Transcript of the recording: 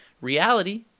Reality